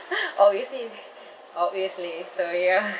obviously obviously so ya